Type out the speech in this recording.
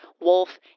Wolf